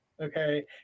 Okay